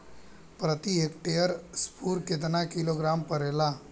प्रति हेक्टेयर स्फूर केतना किलोग्राम परेला?